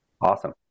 awesome